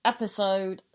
Episode